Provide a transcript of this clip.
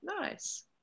Nice